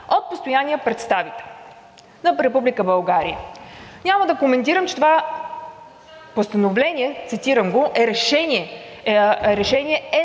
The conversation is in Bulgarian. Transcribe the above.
от постоянния представител на Република България.“ Няма да коментирам, че това решение, цитирам го, е в нарушение